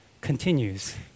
continues